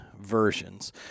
versions